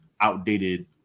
outdated